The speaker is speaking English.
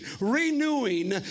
renewing